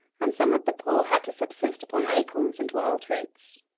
and some of the poor had to subsist upon acorns and wild roots.